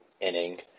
inning